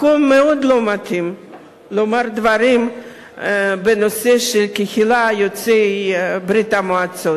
מקום מאוד לא מתאים לומר דברים בנושא של קהילת יוצאי ברית-המועצות.